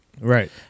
Right